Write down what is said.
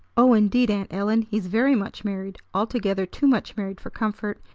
oh, indeed, aunt ellen, he's very much married! altogether too much married for comfort.